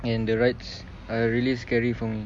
and the rides are really scary for me